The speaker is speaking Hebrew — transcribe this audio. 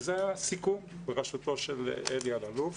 וזה היה הסיכום בראשותו של אלי אלאלוף